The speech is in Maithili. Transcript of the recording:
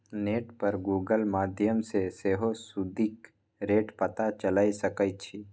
नेट पर गुगल माध्यमसँ सेहो सुदिक रेट पता लगाए सकै छी